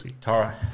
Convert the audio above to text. Tara